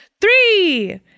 Three